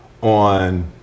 on